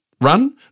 run